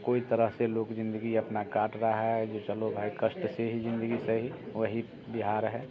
कोई तरह से लोग जिन्दगी अपना काट रहा है जो चलो भाई कष्ट से ही जिन्दगी सही वही बिहार है